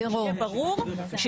אבל שיהיה ברור ש